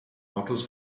autos